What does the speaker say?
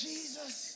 Jesus